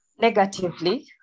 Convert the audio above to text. Negatively